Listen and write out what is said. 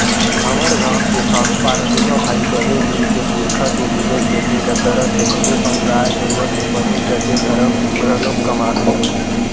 हमर गांव के साहूपारा दूनो भाई बने मिलके पुरखा के मिले खेती ल करत हे संगे संग गाय गरुवा के पलई करके धरम घलोक कमात हे